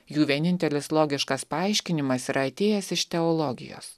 jų vienintelis logiškas paaiškinimas yra atėjęs iš teologijos